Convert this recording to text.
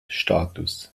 status